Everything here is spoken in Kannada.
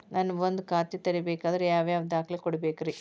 ನಾನ ಒಂದ್ ಖಾತೆ ತೆರಿಬೇಕಾದ್ರೆ ಯಾವ್ಯಾವ ದಾಖಲೆ ಕೊಡ್ಬೇಕ್ರಿ?